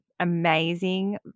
amazing